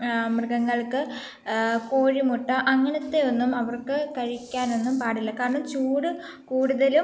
മൃഗങ്ങൾക്ക് കോഴിമുട്ട അങ്ങനത്തെ ഒന്നും അവർക്ക് കഴിക്കാനൊന്നും പാടില്ല കാരണം ചൂട് കൂടുതലും